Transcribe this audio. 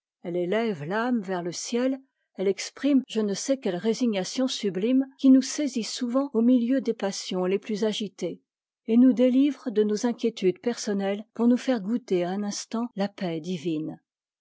elle élève âme vers le ciel elle exprime je ne sais quelle résignation sublime qui nous saisit souvent au milieu des passions les plus agitées et nous délivre de nos inquiétudes personnelles pour nous faire goûter un instant la paix divine